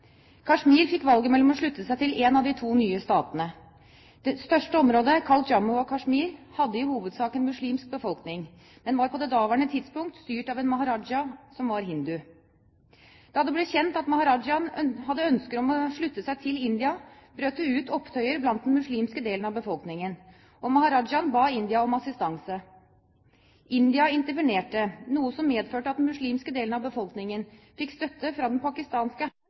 Kashmir fikk valget mellom å slutte seg til enten den ene eller den andre av de to nye statene. Det største området, kalt Jammu og Kashmir, hadde i hovedsak en muslimsk befolkning, men var på det daværende tidspunkt styrt av en maharaja, som var hindu. Da det ble kjent at maharajaen hadde ønsker om å slutte seg til India, brøt det ut opptøyer i den muslimske delen av befolkningen, og maharajaen ba India om assistanse. India intervenerte, noe som medførte at den muslimske delen av befolkningen fikk støtte fra den pakistanske,